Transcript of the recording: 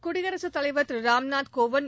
குடியரசுத் தலைவர் திரு ராம்நாத் கோவிந்த்